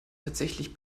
tatsächlich